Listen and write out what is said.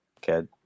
kid